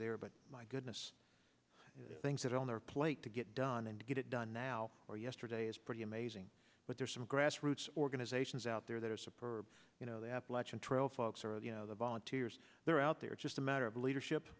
there but my goodness the things that are on their plate to get done and get it done now or yesterday is pretty amazing but there are some grassroots organizations out there that are support you know the appalachian trail folks or the volunteers that are out there it's just a matter of leadership